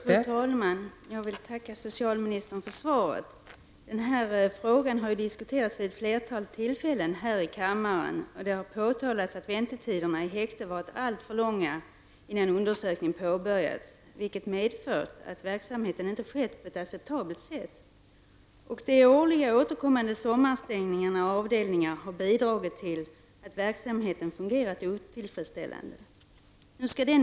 Fru talman! Jag vill tacka socialministern för svaret. Den här frågan har diskuterats vid ett flertal tillfällen här i kammaren. Det har påtalats att väntetiderna i häktet varit alltför långa innan undersökning påbörjats, vilket medfört att verksamheten inte bedrivits på ett acceptabelt sätt. De årligen återkommande sommarstängningarna av avdelningar har bidragit till att verksamheten fungerat otillfredsställande.